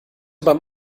beim